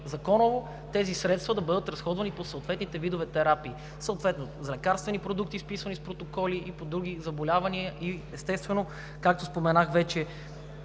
законово тези средства да бъдат разходвани по съответните видове терапии – съответно за лекарствени продукти, изписвани с протоколи, и по други заболявания, и естествено, както споменах вече,